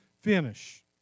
finish